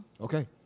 Okay